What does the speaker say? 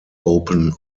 open